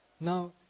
Now